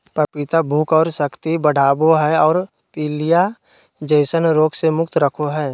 पपीता भूख और शक्ति बढ़ाबो हइ और पीलिया जैसन रोग से मुक्त रखो हइ